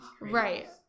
right